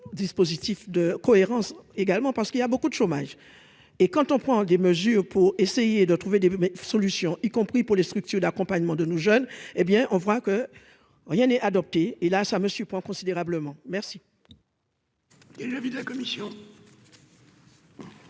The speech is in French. dispositif de cohérence également parce qu'il y a beaucoup de chômage et quand on prend des mesures pour essayer de trouver des solutions, y compris pour les structures d'accompagnement de nos jeunes, hé bien, on voit que rien n'est adoptée et là ça me suis point considérablement merci.